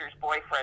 boyfriend